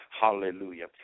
Hallelujah